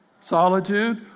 solitude